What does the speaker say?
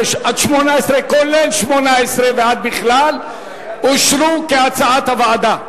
17, 18 ועד בכלל אושרו כהצעת הוועדה.